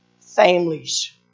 families